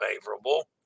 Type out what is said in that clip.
favorable